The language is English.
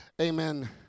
amen